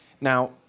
Now